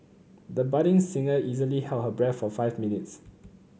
the budding singer easily held her breath for five minutes